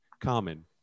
common